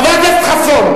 חבר הכנסת חסון.